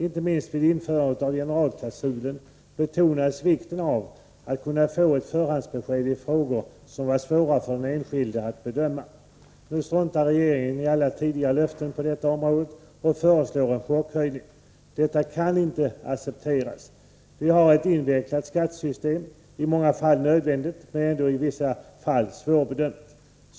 Inte minst vid införandet av generalklausulen betonades vikten av att kunna få ett förhandsbesked i frågor som var svåra för den enskilde att bedöma. Nu struntar regeringen i alla tidigare löften på detta område och föreslår en chockhöjning. Detta kan inte accepteras. Vi har ett invecklat skattesystem — i många fall nödvändigt, men ändå i vissa fall svårbedömt.